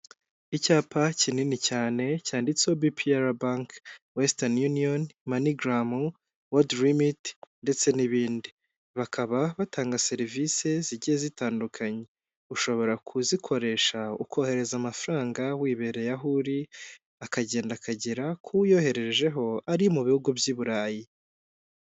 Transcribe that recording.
Icyapa kinini cyane cyanditseho BPR banki, Western union, MoneyGram, WorldRemit ndetse n'ibindi, bakaba batanga serivisi zigiye zitandukanye, ushobora kuzikoresha ukohereza amafaranga wibereye aho uri, akagenda akagera k'uwo uyoherejeho ari mu bihugu by'i Burayi.